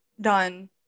done